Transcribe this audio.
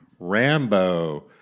Rambo